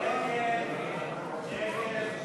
סיעות